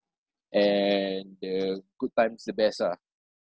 and the good times the best ah